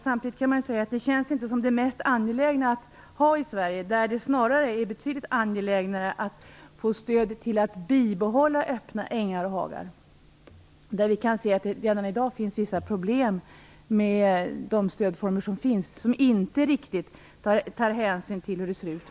Samtidigt känns det inte som det mest angelägna att ha ett sådant program i Sverige, där det snarare är betydligt angelägnare att få stöd till att bibehålla öppna ängar och hagar. Vi kan se att det redan i dag finns vissa problem med de stödformer som finns och som inte riktigt tar hänsyn till hur det ser ut.